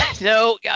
No